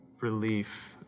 relief